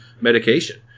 medication